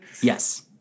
Yes